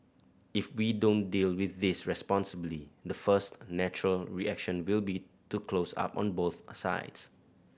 if we don't deal with this responsibly the first natural reaction will be to close up on both sides